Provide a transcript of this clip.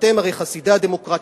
הרי אתם חסידי הדמוקרטיה.